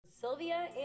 Sylvia